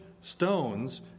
stones